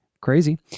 Crazy